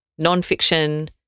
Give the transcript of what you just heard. nonfiction